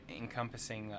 encompassing